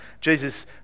Jesus